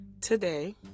today